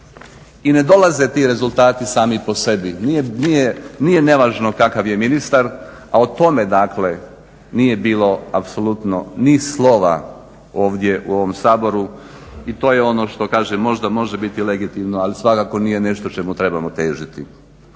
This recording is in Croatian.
I ne dolaze ti rezultati sami po sebi, nije nevažno kakav je ministar, a o tome dakle nije bilo apsolutno ni slova ovdje u ovom Saboru i to je ono što kažem možda može biti legitimno, ali svakako nije nešto čemu trebamo težiti.